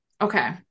okay